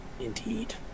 Indeed